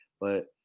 but-